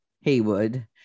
Haywood